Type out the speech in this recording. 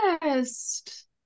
best